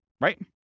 right